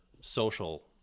social